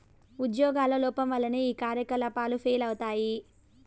ఉజ్యోగుల లోపం వల్లనే ఈ కార్యకలాపాలు ఫెయిల్ అయితయి